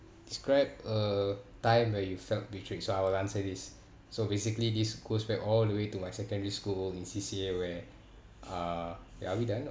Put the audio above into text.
describe a time where you felt betrayed so I will answer this so basically this goes back all the way to my secondary school in C_C_A where uh ya are we done or